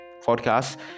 forecast